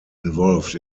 involved